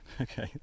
Okay